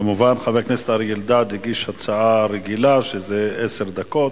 כמובן, אריה אלדד הגיש הצעה רגילה, שזה עשר דקות.